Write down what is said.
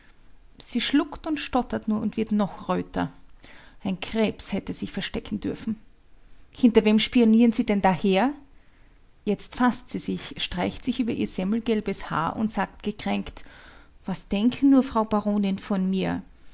sie schluckt und stottert nur und wird noch röter ein krebs hätte sich verstecken dürfen hinter wem spionieren sie denn da her jetzt faßt sie sich streicht sich über ihr semmelgelbes haar und sagt gekränkt was denken nur frau baronin von mir